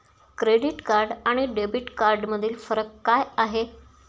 Credit card आणि debit कार्डमधील फरक काय आहे?